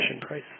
price